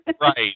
Right